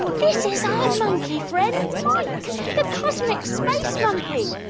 this is our monkey friend, mike the cosmic space monkey!